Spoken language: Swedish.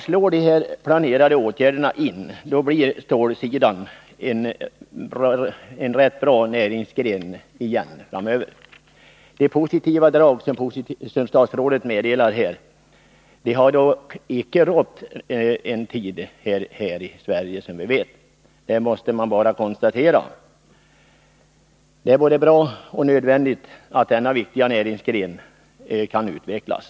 Slår de planerade åtgärderna in blir stålsidan en rätt bra näringsgren igen. De positiva förhållanden som statsrådet nämner har dock icke rått här i Sverige under en tid. Det måste jag konstatera, men det är både bra och nödvändigt att denna viktiga näringsgren kan utvecklas.